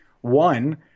one